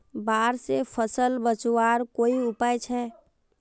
बाढ़ से फसल बचवार कोई उपाय छे?